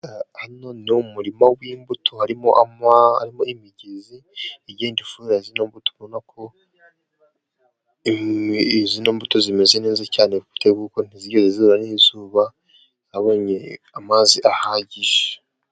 Hano ni mu murima w'imbuto, harimo imigezi furazi mbuto, imbuto zimeze neza cyane kuko ntizigeze zihura n'izuba zabonye amazi ahagije.